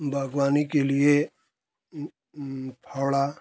बागवानी के लिए फावड़ा